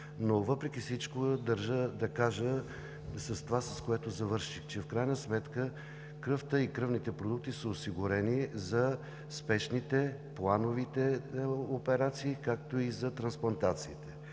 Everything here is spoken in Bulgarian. но въпреки всичко държа да кажа това, с което завърших. В крайна сметка кръвта и кръвните продукти са осигурени за спешните, плановите операции, както и за трансплантации.